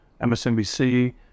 MSNBC